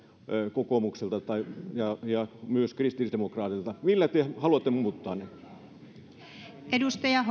kokoomukselta ja ja myös kristillisdemokraateilta millä te haluatte muuttaa ne arvoisa